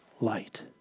Light